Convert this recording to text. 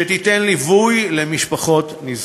שתיתן ליווי למשפחות נזקקות.